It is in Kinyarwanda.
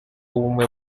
w’ubumwe